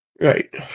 Right